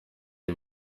ibi